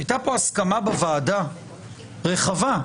הייתה פה הסכמה בוועדה, רחבה,